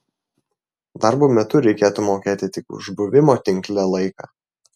darbo metu reikėtų mokėti tik už buvimo tinkle laiką